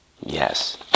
Yes